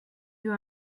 you